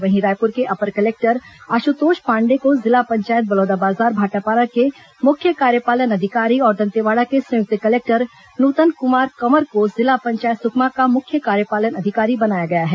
वहीं रायपुर के अपर कलेक्टर आशुतोष पांडेय को जिला पंचायत बलौदाबाजार भाटापारा के मुख्य कार्यपालन अधिकारी और दंतेवाड़ा के संयुक्त कलेक्टर नूतन कुमार कंवर को जिला पंचायत सुकमा का मुख्य कार्यपालन अधिकारी बनाया गया है